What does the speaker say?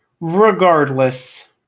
regardless